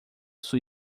sua